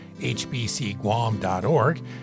hbcguam.org